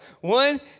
One